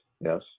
yes